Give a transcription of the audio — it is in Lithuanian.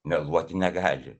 meluoti negali